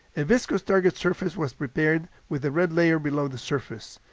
a viscous target surface was prepared with a red layer below the surface.